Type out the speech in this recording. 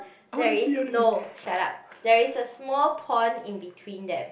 there is no shut up there is a small pond in between them